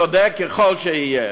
צודק ככל שיהיה.